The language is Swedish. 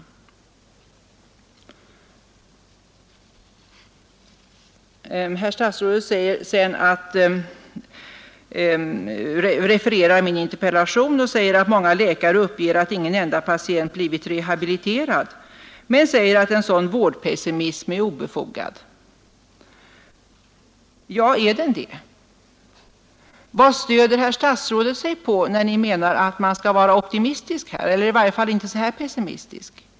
I fortsättningen refererar statsrådet min interpellation — ”Många läkare uppger att ingen enda patient blivit rehabiliterad” — men säger att sådan vårdpessimism är obefogad. Ja, är den det? Vad stöder statsrådet sig på, när Ni menar att man skall vara optimistisk eller i varje fall inte så här pessimistisk?